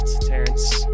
Terrence